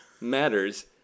matters